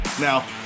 Now